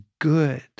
good